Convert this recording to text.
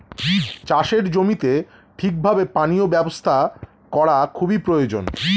চাষের জমিতে ঠিক ভাবে পানীয় ব্যবস্থা করা খুবই প্রয়োজন